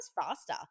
faster